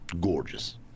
gorgeous